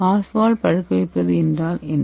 Oswald பழுக்க வைப்பது என்றால் என்ன